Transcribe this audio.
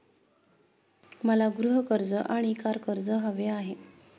मला गृह कर्ज आणि कार कर्ज हवे आहे